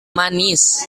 manis